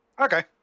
okay